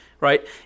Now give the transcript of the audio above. right